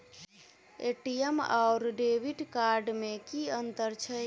ATM आओर debit card मे की अंतर छैक?